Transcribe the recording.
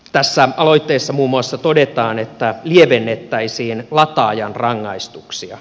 tässä aloitteessa muun muassa todetaan että lievennettäisiin lataajan rangaistuksia